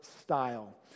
style